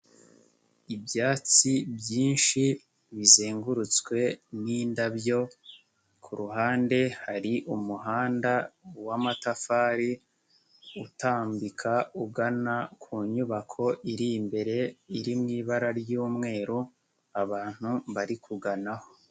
Ibyatsi byinshi bizengurutswe n'indabyo, ku ruhande hari umuhanda w'amatafari, utambika ugana ku nyubako iri imbere, iri mu ibara ry'umweru, abantu bari kuganaho.